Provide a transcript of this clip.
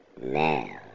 now